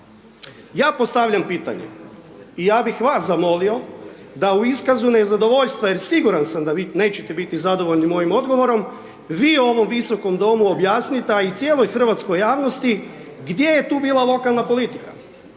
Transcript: Ja postavljam pitanje i ja bih vas zamolio da u iskazu nezadovoljstva jer siguran sam da vi nećete biti zadovoljni mojim odgovorom, vi ovom Visokom Domu objasnite, a i cijeloj hrvatskoj javnosti gdje je tu bila lokalna politika